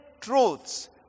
truths